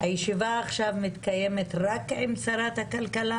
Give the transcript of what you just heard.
הישיבה עכשיו מתקיימת רק עם שרת הכלכלה